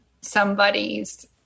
somebody's